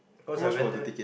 cause I went there